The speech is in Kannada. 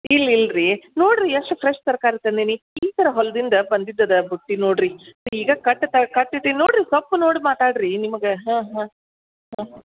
ಇಲ್ಲ ಇಲ್ಲ ರಿ ನೋಡಿರಿ ಎಷ್ಟ್ ಫ್ರೆಶ್ ತರಕಾರಿ ತಂದೀನಿ ಈಗ ಥರ ಹೊಲದಿಂದ ಬಂದಿದ್ದದ ಬುಟ್ಟಿ ನೋಡಿರಿ ಈಗ ಕಟ್ಟು ತ ಕಟ್ಟಿತಿ ನೋಡಿರಿ ಸೊಪ್ಪು ನೋಡಿ ಮಾತಾಡಿ ರೀ ನಿಮ್ಗೆ ಹಾಂ ಹಾಂ ಹಾಂ